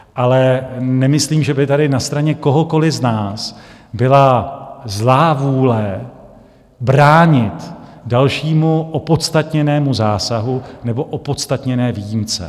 Ale nemyslím, že by tady na straně kohokoli z nás byla zlá vůle bránit dalšímu opodstatněnému zásahu nebo opodstatněné výjimce.